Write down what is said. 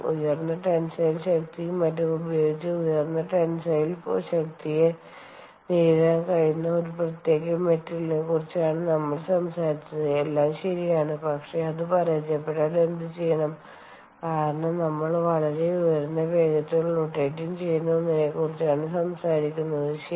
ഉയർന്ന ടെൻസൈൽ ശക്തിയും മറ്റും ഉപയോഗിച്ച് ഉയർന്ന ടെൻസൈൽ ശക്തിയെ നേരിടാൻ കഴിയുന്ന ഒരു പ്രത്യേക മെറ്റീരിയലിനെക്കുറിച്ചാണ് നമ്മൾ സംസാരിച്ചത് എല്ലാം ശരിയാണ് പക്ഷേ അത് പരാജയപ്പെട്ടാൽ എന്തുചെയ്യണം കാരണം നമ്മൾ വളരെ ഉയർന്ന വേഗതയിൽ റൊറ്റേറ്റിങ് ചെയുന്ന ഒന്നിനെക്കുറിച്ചാണ് സംസാരിക്കുന്നത് ശരി